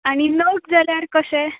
आनी नग जाल्यार कशें